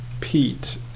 Pete